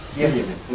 didn't give it